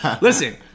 listen